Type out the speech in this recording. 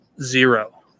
zero